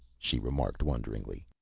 she remarked wonderingly.